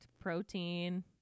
protein